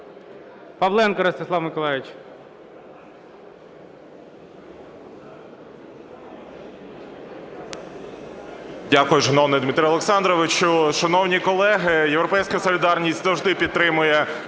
Павленко Ростислав Миколайович.